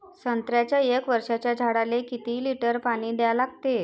संत्र्याच्या एक वर्षाच्या झाडाले किती लिटर पाणी द्या लागते?